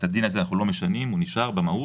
את הדין הזה אנחנו לא משנים, הוא נשאר במהות.